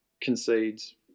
concedes